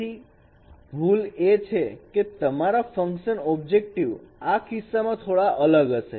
તેથી ભૂલ એ છે કે તમારા ફંકશન ઓબ્જેક્ટીવ આ કિસ્સામાં થોડા અલગ હશે